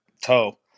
toe